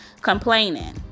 complaining